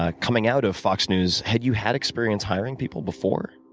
ah coming out of fox news. had you had experience hiring people before,